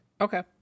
Okay